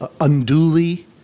unduly